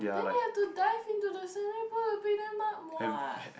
then they have to dive into the swimming pool to pick them up [what]